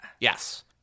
yes